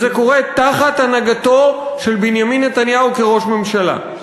זה קורה תחת הנהגתו של בנימין נתניהו כראש ממשלה.